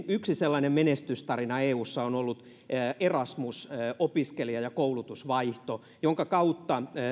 yksi sellainen menestystarina eussa on ollut opiskelija ja koulutusvaihto erasmus jonka kautta